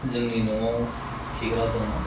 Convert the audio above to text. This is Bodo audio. जोंनि न'वाव खिग्रा दङ